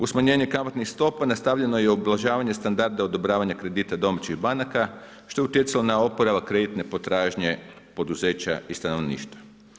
Uz smanjenje kamatnih stopa, nastavljeno je i ublažavanje standarda odobravanje kredita domaćih banaka, što je utjecalo na oporavak kreditne potražnje poduzeća i stanovništva.